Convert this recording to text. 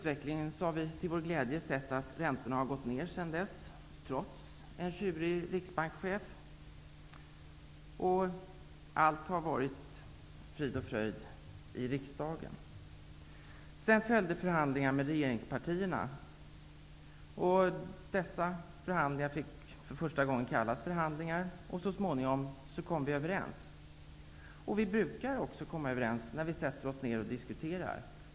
Vi har till vår glädje sett att räntorna har gått ned sedan dess, trots en tjurig riksbankschef, och allt har varit frid och fröjd i riksdagen. Sedan följde förhandlingar med regeringspartierna. Dessa fick också för första gången kallas förhandlingar, och så småningom kom vi överens. Vi brukar också komma överens när vi sätter oss ned och diskuterar.